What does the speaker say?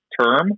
term